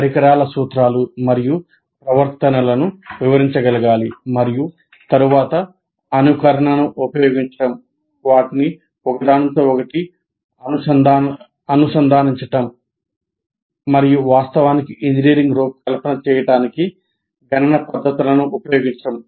పరికరాల సూత్రాలు మరియు ప్రవర్తనలను వివరించగలగాలి మరియు తరువాత అనుకరణను ఉపయోగించడం వాటిని ఒకదానితో ఒకటి అనుసంధానించడం మరియు వాస్తవానికి ఇంజనీరింగ్ రూపకల్పన చేయడానికి గణన పద్ధతులను ఉపయోగించడం